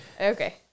Okay